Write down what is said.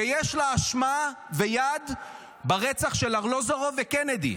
שיש לה אשמה ויד ברצח של ארלוזורוב וקנדי,